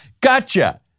gotcha